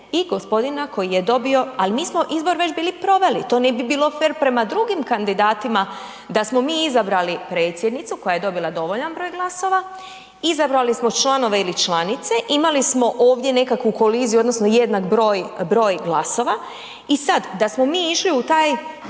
i gospodina koji je dobio, ali mi smo izbor već bili proveli, to ne bi bilo prema drugim kandidatima da smo mi izabrali predsjednicu koja je dobila dovoljan broj glasova, izabrali smo članove ili članice, imali smo ovdje nekakvu koliziju odnosno jednak broj glasova i sad da smo mi išli u taj